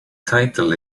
title